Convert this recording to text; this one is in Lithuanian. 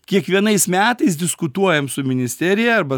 kiekvienais metais diskutuojam su ministerija arba